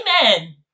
Amen